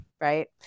right